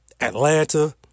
Atlanta